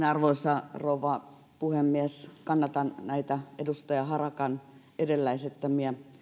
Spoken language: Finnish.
arvoisa rouva puhemies kannatan edustaja harakan edellä esittämiä